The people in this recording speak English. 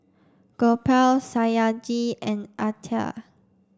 Gopal Satyajit and Atal